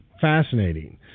fascinating